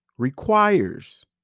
requires